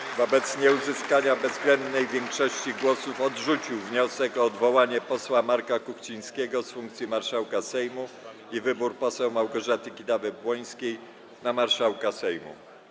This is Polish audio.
Sejm wobec nieuzyskania bezwzględnej większości głosów odrzucił wniosek o odwołanie posła Marka Kuchcińskiego z funkcji marszałka Sejmu i wybór poseł Małgorzaty Kidawy-Błońskiej na marszałka Sejmu.